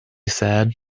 said